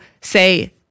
say